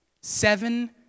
Seven